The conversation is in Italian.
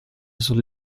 sul